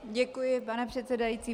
Děkuji, pane předsedající.